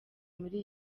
muri